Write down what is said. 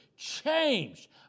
changed